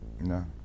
No